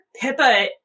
Pippa